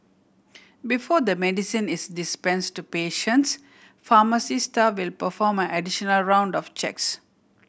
before the medicine is dispense to patients pharmacy staff will perform an additional round of checks